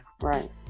Right